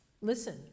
listen